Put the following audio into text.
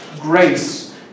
grace